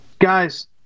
Guys